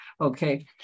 Okay